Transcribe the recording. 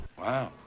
Wow